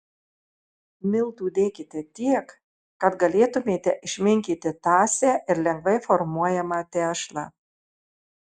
miltų dėkite tiek kad galėtumėte išminkyti tąsią ir lengvai formuojamą tešlą